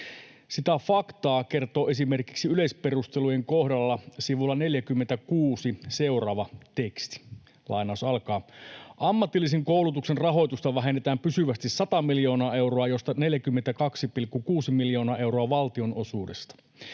Sitä faktaa kertoo esimerkiksi yleisperustelujen kohdalla sivulla 46 seuraava teksti: ”Ammatillisen koulutuksen rahoitusta vähennetään pysyvästi 100 miljoonaa euroa, josta 42,6 miljoonaa euroa valtionosuudesta.